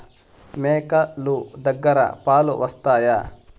మేక లు దగ్గర పాలు వస్తాయా?